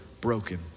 broken